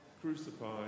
crucified